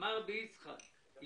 אם